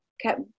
kept